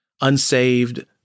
unsaved